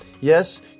Yes